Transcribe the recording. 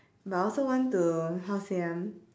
but I also want to how say ah